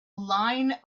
line